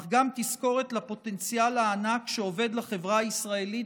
אך גם תזכורת לפוטנציאל הענק שאובד לחברה הישראלית